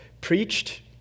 preached